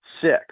six